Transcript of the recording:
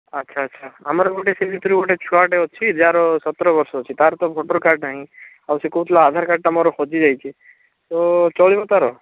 ଆଚ୍ଛା ଆଚ୍ଛା ଆମର ଗୋଟେ ସେଇ ଭିତରୁ ଗୋଟେ ଛୁଆଟେ ଅଛି ଯାହାର ସତର ବର୍ଷ ଅଛି ତାର ତ ଭୋଟର କାର୍ଡ଼ ନାହିଁ ଆଉ ସେ କହୁଥିଲା ଆଧାର କାର୍ଡ଼ଟା ମୋର ହଜିଯାଇଛି ତ ଚଳିବ ତାର